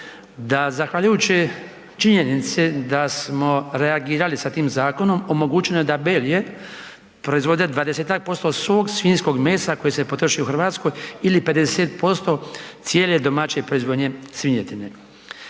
da zahvaljujući činjenici da smo reagirali sa tim zakonom omogućeno je da Belje proizvode 20-ak % svog svinjskog mesa koje se potroši u Hrvatskoj ili 50% cijele domaće proizvodnje svinjetine,